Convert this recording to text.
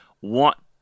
want